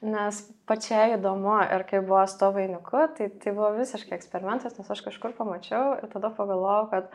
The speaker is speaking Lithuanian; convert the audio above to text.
nes pačiai įdomu ir kai buvo su tuo vainiku tai tai buvo visiškai eksperimentas nes aš kažkur pamačiau ir tada pagalvojau kad